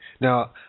Now